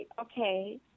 Okay